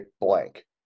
blank